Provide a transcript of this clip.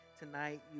tonight